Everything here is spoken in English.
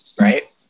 right